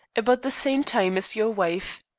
about the same time as your wife.